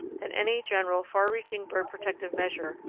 than any general far-reaching bird-protective measure,